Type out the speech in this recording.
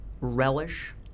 relish